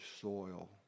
soil